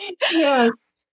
yes